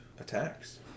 attacks